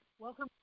welcome